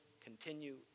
continue